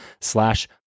slash